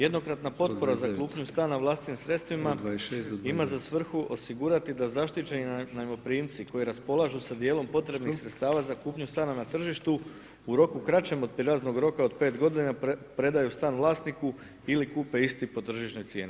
Jednokratna potpora za kupnju stanja vlastitim sredstvima ima za svrhu osigurati da zaštićeni najmoprimci koji raspolažu sa dijelom potrebnih sredstava za kupnju stana na tržištu u roku kraćem od prijelaznog roka od 5 godina predaju stan vlasniku ili kupe isti po tržišnoj cijeni.